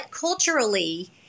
culturally